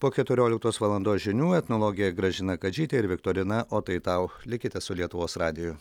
po keturioliktos valandos žinių etnologė gražina kadžytė ir viktorina o tai tau likite su lietuvos radiju